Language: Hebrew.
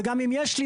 וגם אם יש לי,